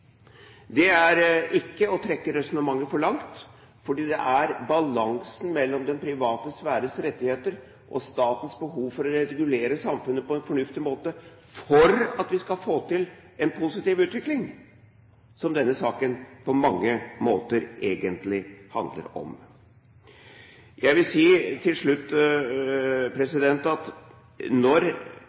Det er ikke å trekke resonnementet for langt, fordi det er balansen mellom den private sfære og egne rettigheter og statens behov for å regulere samfunnet på en fornuftig måte for at vi skal få til en positiv utvikling, som denne saken på mange måter egentlig handler om. Jeg vil til slutt si at når